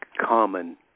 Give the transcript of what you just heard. common